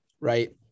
right